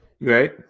Right